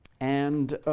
and